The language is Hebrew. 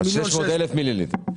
אז 600,000 מיליליטר.